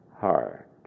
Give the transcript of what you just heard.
heart